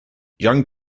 young